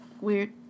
Weird